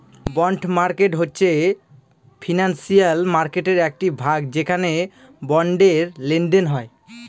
bond market হচ্ছে financial মার্কেটের একটি ভাগ যেখানে বন্ডের লেনদেন হয়